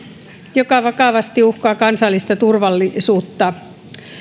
joka vakavasti uhkaa kansallista turvallisuutta